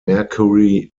mercury